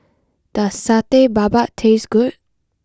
does Satay Babat taste good